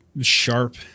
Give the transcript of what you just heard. sharp